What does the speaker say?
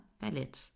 valid